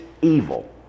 evil